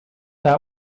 that